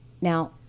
now